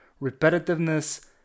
repetitiveness